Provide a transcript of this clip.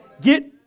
Get